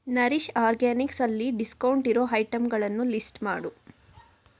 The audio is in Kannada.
ನರಿಷ್ ಆರ್ಗ್ಯಾನಿಕ್ಸಲ್ಲಿ ಡಿಸ್ಕೌಂಟಿರೊ ಹೈಟಮ್ಗಳನ್ನು ಲಿಸ್ಟ್ ಮಾಡು